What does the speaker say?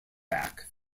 back